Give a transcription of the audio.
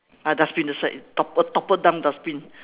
ah dustbin that's right topple topple down dustbin